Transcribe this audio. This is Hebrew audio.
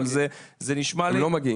אבל זה נשמע לי --- הם לא מגיעים.